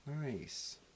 Nice